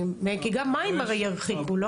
כי גם מים הרי ירחיקו,